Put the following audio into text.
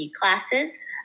classes